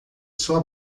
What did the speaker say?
sua